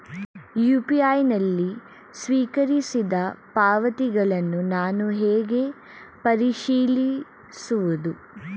UPI ನಲ್ಲಿ ಸ್ವೀಕರಿಸಿದ ಪಾವತಿಗಳನ್ನು ನಾನು ಹೇಗೆ ಪರಿಶೀಲಿಸುವುದು?